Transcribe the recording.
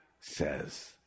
says